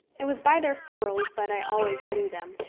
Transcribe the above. it was by their ferules that i always knew them,